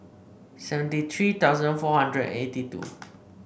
seventy three thousand four hundred eighty two